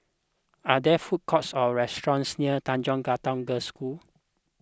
are there food courts or restaurants near Tanjong Katong Girls' School